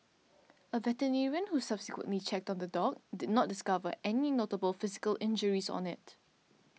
a who subsequently checked on the dog did not discover any notable physical injuries on it